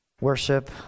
worship